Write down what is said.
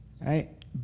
Right